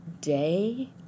day